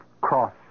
cross